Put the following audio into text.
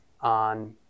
on